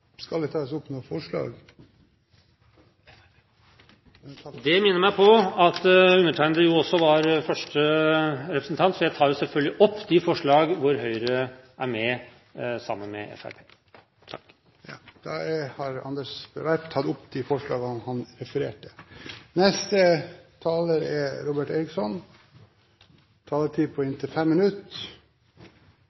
Skal det tas opp forslag? Det minner meg på at undertegnede er første representant, så jeg tar selvfølgelig opp forslaget som Høyre er sammen med Fremskrittspartiet om. Representanten Anders B. Werp har tatt opp det forslaget han refererte